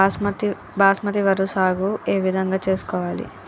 బాస్మతి వరి సాగు ఏ విధంగా చేసుకోవాలి?